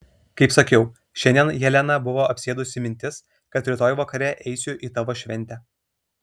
kaip sakiau šiandien heleną buvo apsėdusi mintis kad rytoj vakare eisiu į tavo šventę